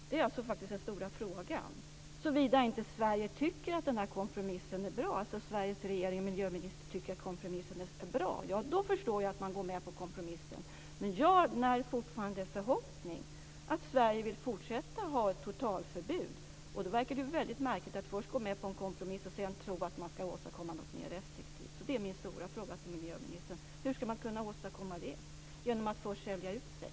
Det är faktiskt den stora frågan, såvida inte Sveriges regering och miljöminister tycker att kompromissen är bra. I så fall förstår jag att man går med på kompromissen. Men jag när fortfarande en förhoppning om att Sverige vill fortsätta att ha ett totalförbud. Och då verkar det väldigt märkligt att först gå med på en kompromiss och sedan tro att man skall åstadkomma något mer restriktivt. Min stora fråga till miljöministern är alltså: Hur skall man kunna åstadkomma det genom att först sälja ut sig?